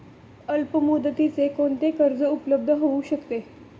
अल्पमुदतीचे कोणते कर्ज उपलब्ध होऊ शकते?